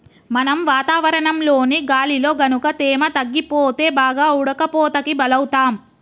మనం వాతావరణంలోని గాలిలో గనుక తేమ తగ్గిపోతే బాగా ఉడకపోతకి బలౌతాం